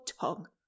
tongue